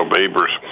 Babers